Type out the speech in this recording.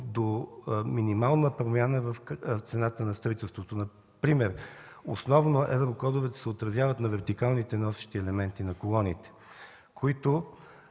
до минимална промяна в цената на строителството. Например, основно еврокодовете се отразяват на вертикалните носещи елементи, на колоните, които